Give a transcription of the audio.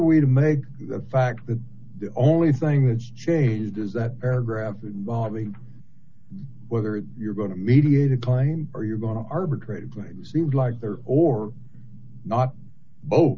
we to make the fact that the only thing that's changed is that paragraph involving whether you're going to mediate a claim or you're going to arbitrate way seemed like there or not bo